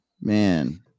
man